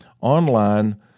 online